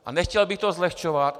A nechtěl bych to zlehčovat.